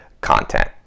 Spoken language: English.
content